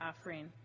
offering